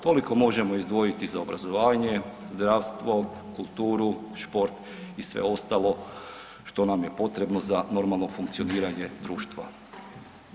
Toliko možemo izdvojiti za obrazovanje, zdravstvo, kulturu, šport i sve ostalo što nam je potrebno za normalno funkcioniranje društva.